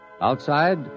Outside